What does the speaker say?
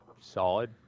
solid